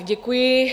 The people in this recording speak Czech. Děkuji.